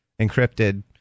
encrypted